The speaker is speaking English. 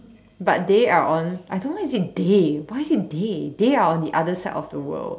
but they are on I don't know why is it they why is it they they are on the other side of the world